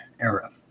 era